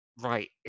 right